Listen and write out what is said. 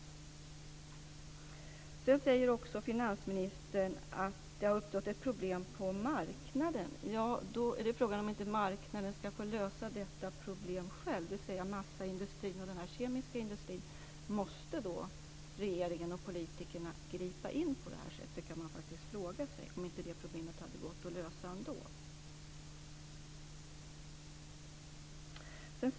Sedan säger finansministern att det har uppstått ett problem på marknaden. Då är frågan om inte marknaden själv skall få lösa detta problem, dvs. massaindustrin och den kemiska industrin. Man frågar sig då: Måste regeringen och politikerna gripa in på det här sättet? Hade inte det här problemet gått att lösa på annat sätt?